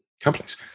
companies